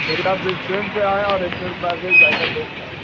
پہلے آپ ریسٹورینٹ پہ آئیں اور ریسٹورینٹ پہ آ کے ذائقہ ٹیسٹ کریں